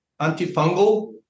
antifungal